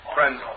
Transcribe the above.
Friends